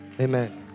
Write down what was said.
Amen